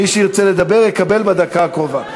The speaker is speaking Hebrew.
מי שירצה לדבר, יקבל בדקה הקרובה.